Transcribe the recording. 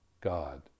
God